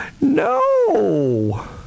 No